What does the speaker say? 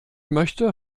möchte